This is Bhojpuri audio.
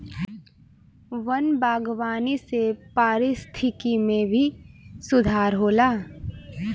वन बागवानी से पारिस्थिकी में भी सुधार होला